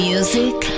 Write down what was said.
Music